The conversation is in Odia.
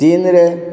ତିନିରେ